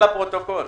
לפרוטוקול.